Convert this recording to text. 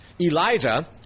Elijah